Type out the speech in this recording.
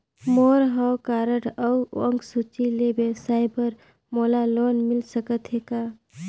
मोर हव कारड अउ अंक सूची ले व्यवसाय बर मोला लोन मिल सकत हे का?